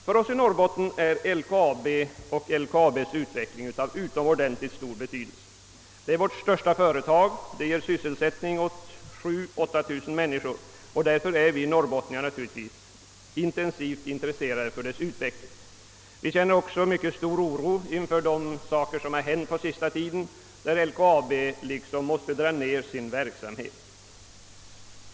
För oss i Norrbotten är LKAB och dess utveckling av utomordentligt stor betydelse. Det är vårt största företag och ger sysselsättning åt 7 000—8 000 människor, och därför är vi norrbottningar naturligtvis intensivt intresserade av dess utveckling. Vi känner också mycket stor oro inför vad som hänt på sista tiden, när LKAB har måst minska sin verksamhet.